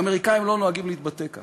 האמריקנים לא נוהגים להתבטא כך.